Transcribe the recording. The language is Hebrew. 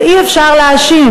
ואי-אפשר להאשים,